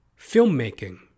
Filmmaking